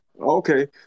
Okay